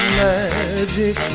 magic